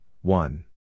one